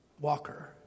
Walker